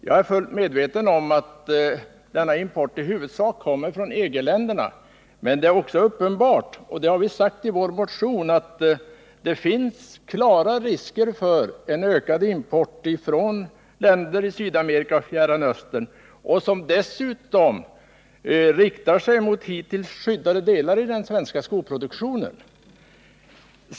Jag är fullt medveten om att denna import i huvudsak kommer från EG-länderna, men det finns också — och det har vi sagt i vår motion — klara risker för en ökad import från länder i Sydamerika och Fjärran Östern, som dessutom riktar sig mot hittills skyddade delar av den svenska skoproduktionen.